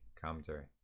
commentary